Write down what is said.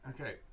Okay